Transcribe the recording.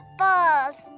apples